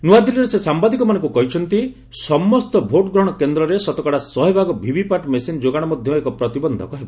ନୂଆଦିଲ୍ଲୀରେ ସେ ସାମ୍ଭାଦିକମାନଙ୍କୁ କହିଛନ୍ତି ସମସ୍ତ ଭୋଟ୍ଗ୍ରହଣ କେନ୍ଦ୍ରରେ ଶତକଡ଼ା ଶହେ ଭାଗ ଭିଭିପାଟ୍ ମେସିନ୍ ଯୋଗାଣ ମଧ୍ୟ ଏକ ପ୍ରତିବନ୍ଧକ ହେବ